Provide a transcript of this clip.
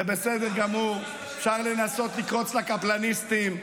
זה בסדר גמור, אפשר לנסות לקרוץ לקפלניסטים.